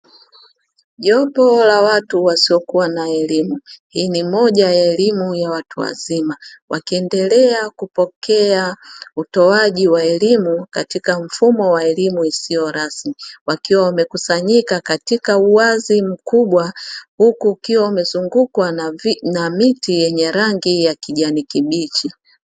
Jopo la watu wasiokuwa na elimu. Hii ni moja ya elimu ya watu wazima, wakiendelea kupokea utoaji wa elimu katika mfumo wa elimu isiyo rasmi; wakiwa wamekusanyika katika uwazi mkubwa huku ukiwa umezungukwa na miti yenye rangi ya kijani kibichi.